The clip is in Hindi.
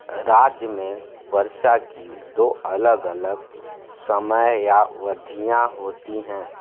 राज्य में वर्षा की दो अलग अलग समयावधियाँ होती हैं